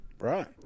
Right